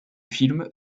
film